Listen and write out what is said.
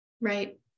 Right